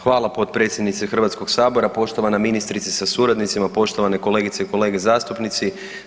Hvala potpredsjednice Hrvatskog sabora, poštovana ministrice sa suradnicima, poštovane kolegice i kolege zastupnici.